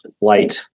light